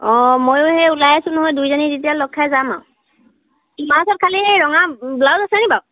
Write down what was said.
অঁ মইয়ো সেই উলাই আছোঁ নহ'লে দুইজনী তেতিয়া লগ খাই যাম আৰু তোমাৰ ওচৰত খালী সেই ৰঙা ব্লাইজ আছে নেকি বাৰু